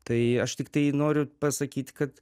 tai aš tiktai noriu pasakyt kad